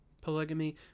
Polygamy